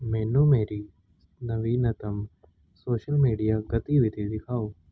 ਮੈਨੂੰ ਮੇਰੀ ਨਵੀਨਤਮ ਸੋਸ਼ਲ ਮੀਡੀਆ ਗਤੀਵਿਧੀ ਦਿਖਾਓ